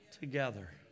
together